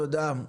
תודה.